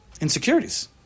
insecurities